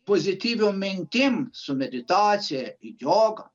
pozityviom mintim su meditacija joga